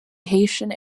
haitian